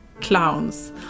clowns